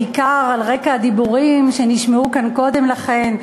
בעיקר על רקע הדיבורים שנשמעו כאן קודם לכן,